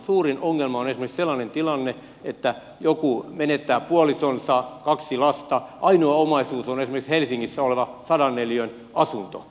suurin ongelma on esimerkiksi sellainen tilanne että joku menettää puolisonsa on kaksi lasta ainoa omaisuus on esimerkiksi helsingissä oleva sadan neliön asunto